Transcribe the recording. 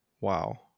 Wow